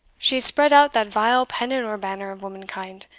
she has spread out that vile pennon or banner of womankind,